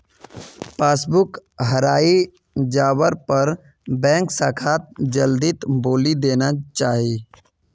passbook हराई जवार पर बैंक शाखाक जल्दीत बोली देना चाई